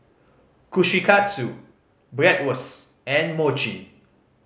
Kushikatsu Bratwurst and Mochi